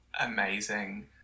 amazing